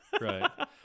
Right